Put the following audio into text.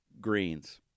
greens